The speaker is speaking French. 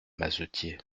mazetier